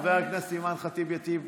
קריאה שנייה, הצבעה.